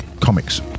comics